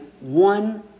one